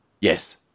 Yes